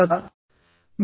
ఫిర్యాదులా